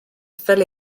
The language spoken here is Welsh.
fel